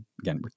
again